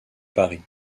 paris